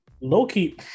Loki